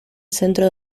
centro